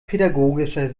pädagogischer